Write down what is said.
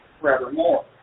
forevermore